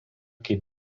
kaip